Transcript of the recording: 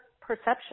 perception